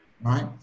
right